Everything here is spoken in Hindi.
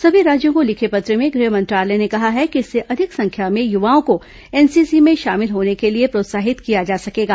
सभी राज्यों को लिखे पत्र में गृह मंत्रालय ने कहा है कि इससे अधिक संख्या में युवाओं को एनसीसी में शामिल होने के लिए प्रोत्साहित किया जा सकेगा